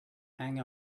hang